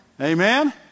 Amen